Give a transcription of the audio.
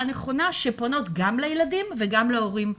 נכונה שפונות גם לילדים וגם להורים,